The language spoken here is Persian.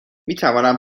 میتوانم